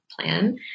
Plan